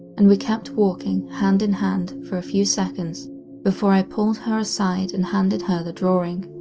and we kept walking hand in hand for a few seconds before i pulled her aside and handed her the drawing.